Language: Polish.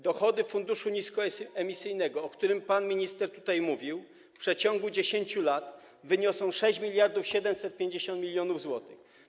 Dochody funduszu niskoemisyjnego, o którym pan minister tutaj mówił, w przeciągu 10 lat wyniosą 6750 mln zł.